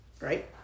right